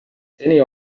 seni